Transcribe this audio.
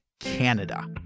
Canada